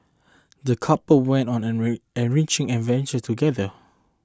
the couple went on an en enriching adventure together